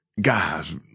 Guys